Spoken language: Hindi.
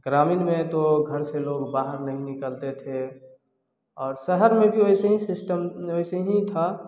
ग्रामीण में तो घर से लोग बाहर नहीं निकलते थे और शहर में भी वैसे ही सिस्टम वैसे ही था